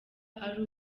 ari